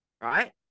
Right